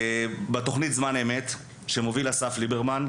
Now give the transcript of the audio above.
התחקיר היה בתוכנית "זמן אמת", שמוביל אסף ליברמן.